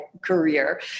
career